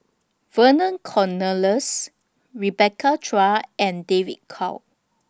Vernon Cornelius Rebecca Chua and David Kwo